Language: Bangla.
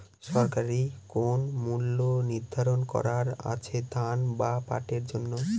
সরকারি কোন মূল্য নিধারন করা আছে ধান বা পাটের জন্য?